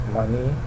money